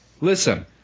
Listen